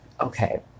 okay